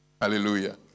Hallelujah